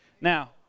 Now